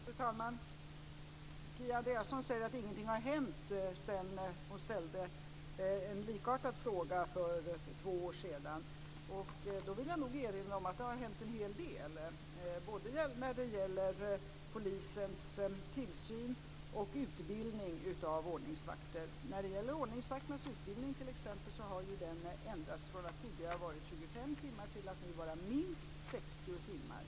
Fru talman! Kia Andreasson säger att ingenting har hänt sedan hon ställde en likartad fråga för två år sedan. Då vill jag nog erinra om att det har hänt en hel del, både när det gäller polisens tillsyn och utbildning av ordningsvakter. När det gäller ordningsvakternas utbildning, t.ex., kan jag säga att den har ändrats från att tidigare ha varit 25 timmar till att nu vara minst 60 timmar.